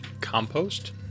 Compost